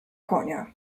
konia